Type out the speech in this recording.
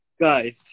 guys